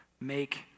make